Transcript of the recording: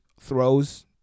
throws